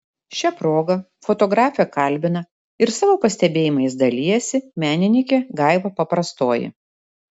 šia proga fotografę kalbina ir savo pastebėjimais dalijasi menininkė gaiva paprastoji